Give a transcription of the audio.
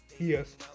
Yes